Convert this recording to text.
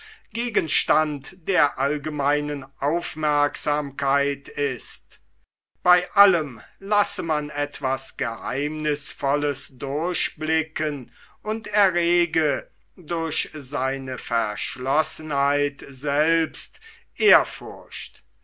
gegenstand der allgemeinen aufmerksamkeit ist bei allem lasse man etwas geheimnißvolles durchblicken und errege durch seine verschlossenheit selbst ehrfurcht